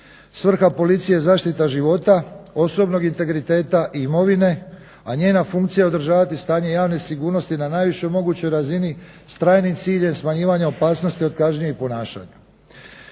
Svrha policije je zaštita života, osobnog integriteta i imovine, a njena je funkcija održavati stanje javne sigurnosti na najvišoj mogućoj razini s trajnim ciljem smanjivanja opasnosti od kažnjivih ponašanja.